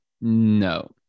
No